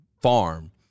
farm